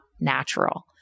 natural